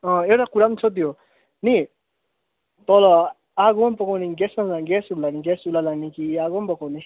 एउटा कुरा पनि छ त्यो नि तल आगोमा पकाउने कि ग्यासमा ग्यास चुल्हा ग्यास चुल्हा लाने कि आगोमा पकाउने